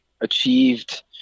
achieved